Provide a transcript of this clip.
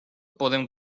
podem